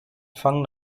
fangen